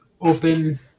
open